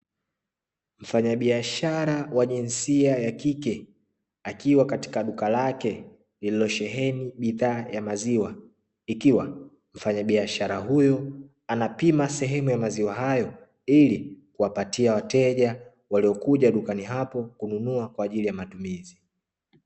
Mfanyabiashara wa jinsia ya kike akiwa katika duka lake lililosheheni bidhaa ya maziwa, ikiwa mfanyabiashara huyo anapima sehemu ya maziwa hayo ili kuwapatia wateja waliokuja dukani hapo kununua kwa ajili ya matumizi.